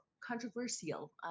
controversial